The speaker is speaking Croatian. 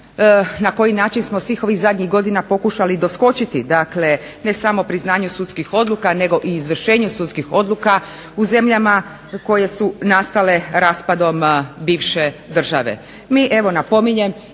na koji način smo svih ovih zadnjih godina pokušali doskočiti dakle ne samo priznanju sudskih odluka nego i izvršenju sudskih odluka u zemljama koje su nastale bivše države. Mi evo napominjem